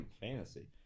fantasy